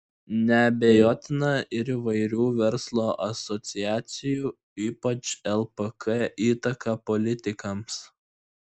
neabejotina ir įvairių verslo asociacijų ypač lpk įtaka politikams